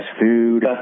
food